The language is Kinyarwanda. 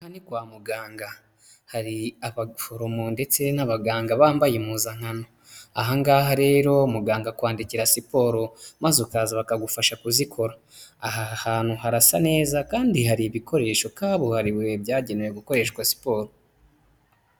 Aha ni kwa muganga hari abaforomo ndetse n'abaganga bambaye impuzankano, aha ngaha rero muganga akwandikira siporo maze ukaza bakagufasha kuzikora, aha hantu harasa neza kandi hari ibikoresho kabuhariwe byagenewe gukoreshwa siporo.